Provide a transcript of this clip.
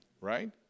right